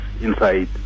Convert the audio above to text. inside